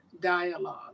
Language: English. dialogue